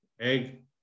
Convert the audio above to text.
Egg